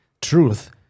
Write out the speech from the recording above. truth